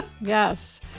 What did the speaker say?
Yes